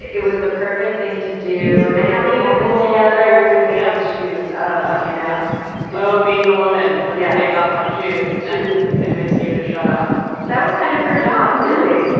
it was the perfect thing to do. and they have a moment together. hey um shoes ah you know know being a woman. let me take off my shoes. and shoes convince you to shut up that was kind of her job really.